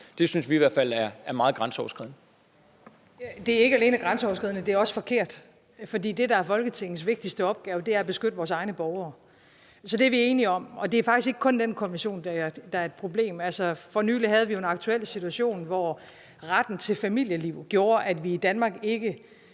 Værsgo. Kl. 10:14 Mette Frederiksen (S): Det er ikke alene grænseoverskridende, det er også forkert. For det, der er Folketingets vigtigste opgave, er at beskytte vores egne borgere. Så det er vi enige om. Og det er faktisk ikke kun den konvention, der er et problem. Altså, for nylig havde vi jo en aktuel situation, hvor retten til familieliv gjorde, at vi i Danmark ikke